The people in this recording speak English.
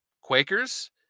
Quakers